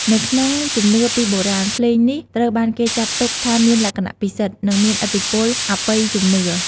នៅក្នុងជំនឿពីបុរាណ ភ្លេងនេះត្រូវបានគេចាត់ទុកថាមានលក្ខណៈពិសិដ្ឋ និងមានឥទ្ធិពលអបិយជំនឿ។